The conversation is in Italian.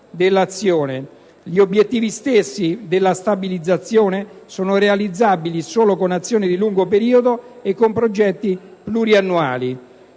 Gli obiettivi stessi della stabilizzazione sono realizzabili solo con azioni di lungo periodo e con progetti pluriennali.